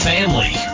Family